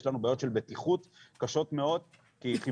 יש לנו בעיות קשות מאוד של בטיחות כי חיבורים